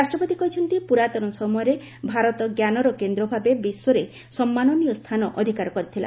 ରାଷ୍ଟ୍ରପତି କହିଛନ୍ତି ପୁରାତନ ସମୟରେ ଭାରତ ଜ୍ଞାନର କେନ୍ଦ୍ର ଭାବେ ବିଶ୍ୱରେ ସମ୍ମାନନୀୟ ସ୍ଥାନ ଅଧିକାର କରିଥିଲା